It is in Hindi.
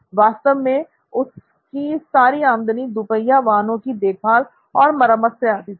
वास्तव में उसके सारी आमदनी दुपहिया वाहनों की देखभाल और मरम्मत से आती थी